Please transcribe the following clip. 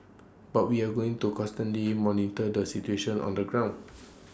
but we are going to constantly monitor the situation on the ground